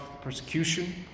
persecution